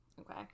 Okay